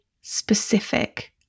specific